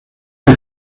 ist